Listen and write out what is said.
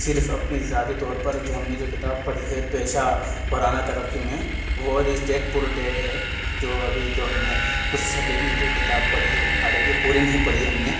صرف اپنی ذاتی طور پر جو ہم نے جو کتاب پڑھی ہے پیشہ وارانہ ترقی میں وہ ریسٹیڈ پروڈیڈ ہے جو ابھی جو ہمیں کچھ صفحے کی جو کتاب پڑھی ہے حالاںکہ پوری نہیں پڑھی ہے ہم نے